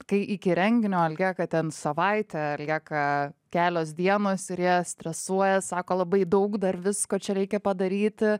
kai iki renginio lieka ten savaitė lieka kelios dienos ir jie stresuoja sako labai daug dar visko čia reikia padaryti